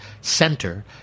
Center